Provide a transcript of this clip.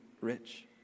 rich